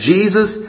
Jesus